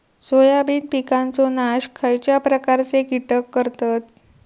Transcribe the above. Soybean पिकांचो नाश खयच्या प्रकारचे कीटक करतत?